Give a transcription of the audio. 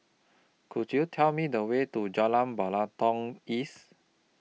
Could YOU Tell Me The Way to Jalan Batalong East